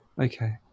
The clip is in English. okay